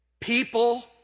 people